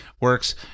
works